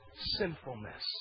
sinfulness